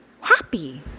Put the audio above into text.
happy